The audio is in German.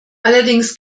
allerdings